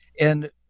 and-